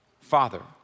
Father